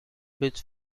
which